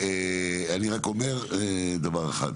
אני רק אומר דבר אחד.